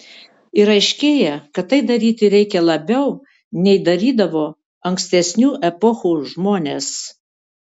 ir aiškėja kad tai daryti reikia labiau nei darydavo ankstesnių epochų žmonės